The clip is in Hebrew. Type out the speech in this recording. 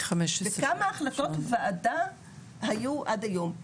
וכמה החלטות וועדה היו עד היום.